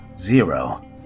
Zero